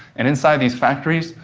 and inside these factories,